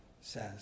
says